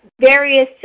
various